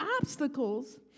obstacles